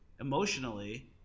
emotionally